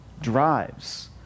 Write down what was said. drives